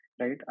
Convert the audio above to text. right